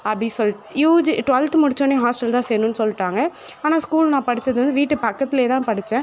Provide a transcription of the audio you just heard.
அப்படி சொல் UG twelfth முடிச்சவுடனே ஹாஸ்டல் தான் சேரணும் சொல்லிட்டாங்க ஆனால் ஸ்கூல் நான் படிச்சது வந்து வீட்டு பக்கத்திலேயே தான் படித்தேன்